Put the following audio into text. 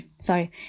sorry